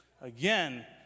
Again